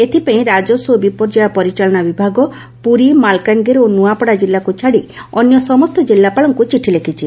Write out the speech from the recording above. ଏଥିପାଇଁ ରାଜସ୍ୱ ଓ ବିପର୍ଯ୍ୟୟ ପରିଚାଳନା ବିଭାଗ ପୁରୀ ମାଲକାନଗିରି ଓ ନୁଆପଡ଼ା ଜିଲ୍ଲାକୁ ଛାଡ଼ି ଅନ୍ୟ ସମସ୍ତ ଜିଲ୍ଲାପାଳଙ୍କୁ ଚିଠି ଲେଖିଛି